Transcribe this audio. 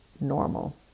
normal